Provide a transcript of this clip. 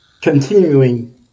continuing